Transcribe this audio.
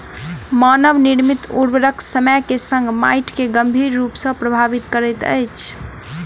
मानव निर्मित उर्वरक समय के संग माइट के गंभीर रूप सॅ प्रभावित करैत अछि